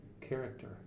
character